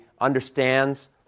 understands